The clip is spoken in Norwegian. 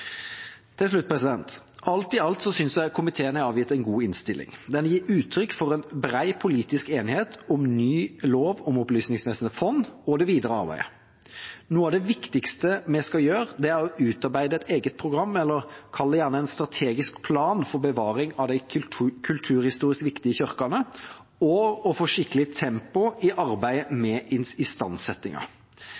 til senere. Til slutt: Alt i alt synes jeg komiteen har avgitt en god innstilling. Den gir uttrykk for en bred politisk enighet om ny lov om Opplysningsvesenets fond og det videre arbeidet. Noe av det viktigste vi skal gjøre, er å utarbeide et eget program, eller kall det gjerne en strategisk plan, for bevaring av de kulturhistorisk viktige kirkene og å få et skikkelig tempo i arbeidet